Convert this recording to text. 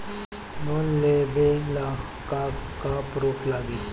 Loan लेबे ला का का पुरुफ लागि?